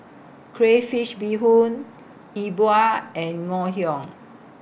Crayfish Beehoon Yi Bua and Ngoh Hiang